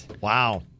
Wow